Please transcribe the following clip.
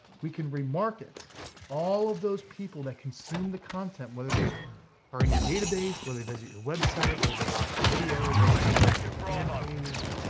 we can remarket all of those people that consumed the content whether they are in your database, whether they visit your website, whether they watched the videos, whether they interact with your fan page,